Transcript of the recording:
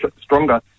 stronger